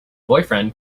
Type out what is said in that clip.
boyfriend